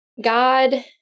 God